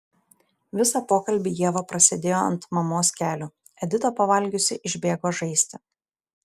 visą pokalbį ieva prasėdėjo ant mamos kelių edita pavalgiusi išbėgo žaisti